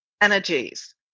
energies